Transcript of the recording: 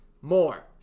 more